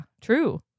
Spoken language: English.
true